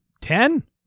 Ten